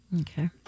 Okay